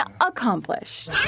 accomplished